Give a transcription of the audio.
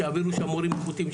שיעבירו לשם מורים איכותיים,